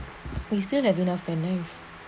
we still have enough pen knives